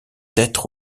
être